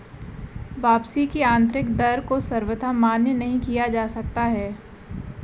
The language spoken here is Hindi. वापसी की आन्तरिक दर को सर्वथा मान्य नहीं किया जा सकता है